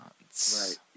Right